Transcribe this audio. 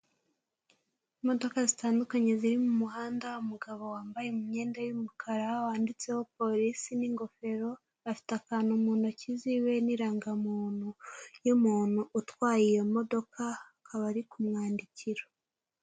Imodoka zitandukanye ziri mu muhanda, umugabo wambaye imyenda y'umukara wanditseho Polisi n'ingofero, afite akantu mu ntoki ziwe n'irangamuntu y'umuntu utwaye iyo modoka akaba ari kumwandikira.